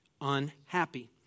unhappy